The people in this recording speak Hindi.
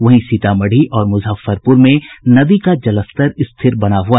वहीं सीतामढ़ी और मुजफ्फरपुर में नदी का जलस्तर स्थिर बना हुआ